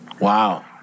Wow